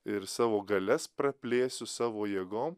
ir savo galias praplėsiu savo jėgom